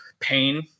Pain